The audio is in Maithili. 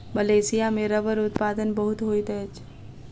मलेशिया में रबड़ उत्पादन बहुत होइत अछि